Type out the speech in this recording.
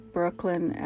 Brooklyn